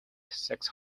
sex